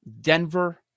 Denver